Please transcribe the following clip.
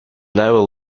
level